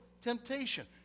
temptation